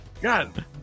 God